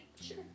Sure